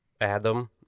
Adam